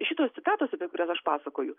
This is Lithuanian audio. šitos citatos apie kurias aš pasakoju